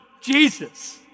Jesus